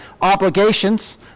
obligations